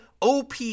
OP